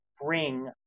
bring